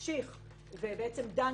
דן בדיון